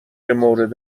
مورد